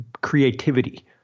creativity